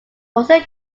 author